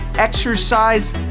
exercise